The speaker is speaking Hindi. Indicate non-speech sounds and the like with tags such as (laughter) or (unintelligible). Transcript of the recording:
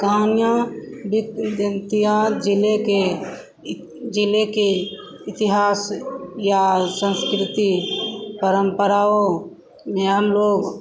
कहानियाँ (unintelligible) ज़िले के ज़िले के इतिहास या सँस्कृति परम्पराओं में हमलोग